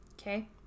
Okay